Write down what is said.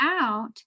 out